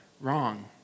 wrong